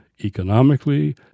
economically